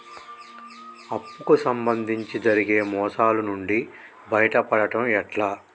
అప్పు కు సంబంధించి జరిగే మోసాలు నుండి బయటపడడం ఎట్లా?